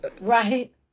Right